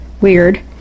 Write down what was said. weird